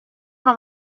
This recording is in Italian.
una